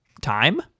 time